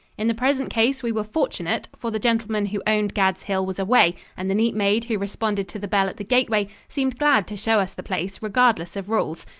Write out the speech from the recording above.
in the present case we were fortunate, for the gentleman who owned gad's hill was away and the neat maid who responded to the bell at the gateway seemed glad to show us the place, regardless of rules.